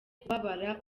kubabara